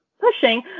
pushing